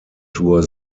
tour